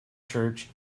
church